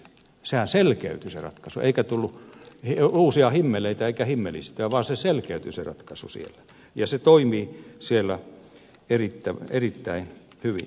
sehän selkeytyi se ratkaisu ei tullut uusia himmeleitä eikä himmelistöä vaan se ratkaisu selkeytyi siellä ja se toimii siellä erittäin hyvin